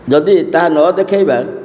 ଯଦି ତାହା ନ ଦେଖାଇବା